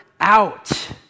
out